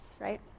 right